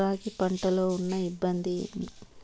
రాగి పంటలో ఉన్న ఇబ్బంది ఏమి?